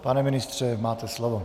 Pane ministře, máte slovo.